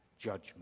judgment